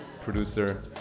producer